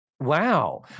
Wow